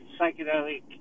psychedelic